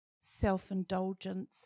self-indulgence